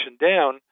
down